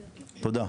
תודה.